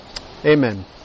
Amen